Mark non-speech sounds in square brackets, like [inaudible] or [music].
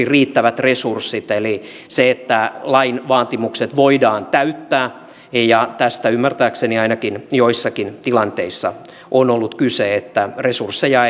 [unintelligible] riittävät resurssit eli se että lain vaatimukset voidaan täyttää ja tästä ymmärtääkseni ainakin joissakin tilanteissa on ollut kyse että resursseja [unintelligible]